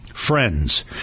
Friends